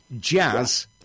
Jazz